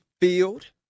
field